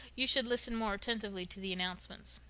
you should listen more attentively to the announcements.